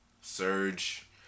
Surge